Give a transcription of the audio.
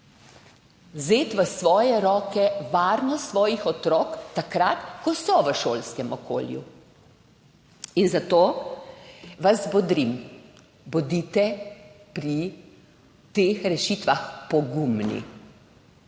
vzeti v svoje roke varnost svojih otrok, takrat ko so v šolskem okolju. Zato vas bodrim, bodite pri teh rešitvah pogumni,